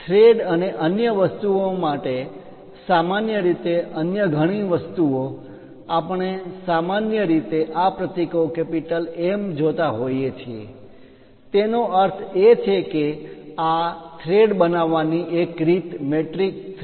thread અને અન્ય વસ્તુઓ માટે સામાન્ય રીતે અન્ય ઘણી વસ્તુઓ આપણે સામાન્ય રીતે આ પ્રતીકો M જોતા હોઈએ છીએ તેનો અર્થ એ છે કે આ થ્રેડ બનાવવાની એક રીત મેટ્રિક થ્રેડ છે